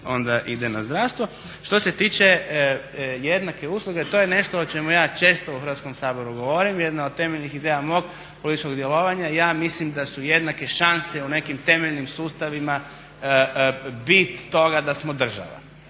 onda ide na zdravstvo. Što se tiče jednake usluge to je nešto o čemu ja često u Hrvatskom saboru govorim jedna od temeljnih ideja mog političkog djelovanja, ja mislim da su jednake šanse u nekim temeljnim sustavima bit toga da smo država.